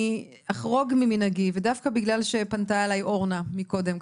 אני אחרוג ממנהגי ודווקא בגלל שפנתה אליי אורנה קודם,